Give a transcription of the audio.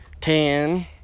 ten